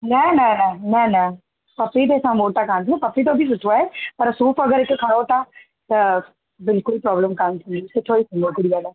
न न न न न पपीते सां मोटा कान थींदा पपीतो बि सुठो आहे पर सूफ़ु अगरि हिकु खाओ था त बिल्कुलु प्रॉब्लम कान थींदी सुठो ई थींदो गुड़िया लाइ